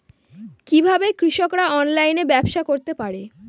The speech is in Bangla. কিভাবে কৃষকরা অনলাইনে ব্যবসা করতে পারে?